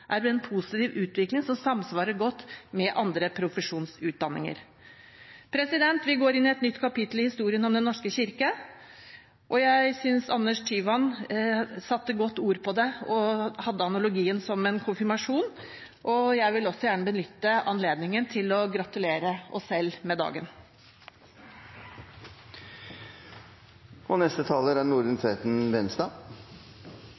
er en positiv utvikling som samsvarer godt med andre profesjonsutdanninger. Vi går inn i et nytt kapittel i historien om Den norske kirke, og jeg synes Anders Tyvand godt satte ord på det, og hadde analogien som en konfirmasjon, og jeg vil også gjerne benytte anledningen til å gratulere oss selv med dagen. Det nærmer seg slutten på denne debatten, og